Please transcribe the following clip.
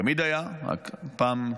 תמיד היה, רק פעם,